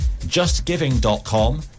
justgiving.com